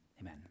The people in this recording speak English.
Amen